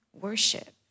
worship